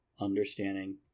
understanding